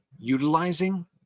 Utilizing